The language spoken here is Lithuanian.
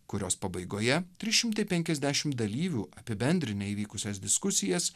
kurios pabaigoje tris šimtai penkiasdešimt dalyvių apibendrinę įvykusias diskusijas